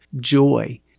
joy